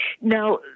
Now